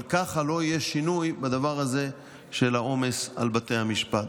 אבל ככה לא יהיה שינוי בדבר הזה של העומס על בתי המשפט.